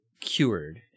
cured